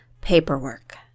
paperwork